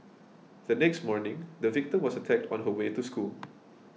the next morning the victim was attacked on her way to school